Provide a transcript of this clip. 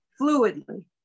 fluidly